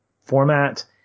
format